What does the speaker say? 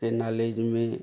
के नालेज में